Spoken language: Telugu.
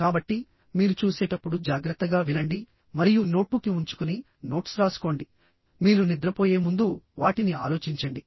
కాబట్టి మీరు చూసేటప్పుడు జాగ్రత్తగా వినండి మరియు నోట్బుక్ని ఉంచుకుని నోట్స్ రాసుకోండి మీరు నిద్రపోయే ముందు వాటిని ఆలోచించండి